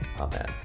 Amen